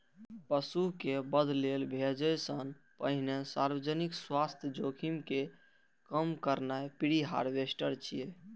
पशु कें वध लेल भेजै सं पहिने सार्वजनिक स्वास्थ्य जोखिम कें कम करनाय प्रीहार्वेस्ट छियै